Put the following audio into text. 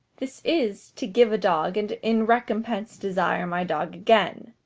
this is, to give a dog, and in recompense desire my dog again.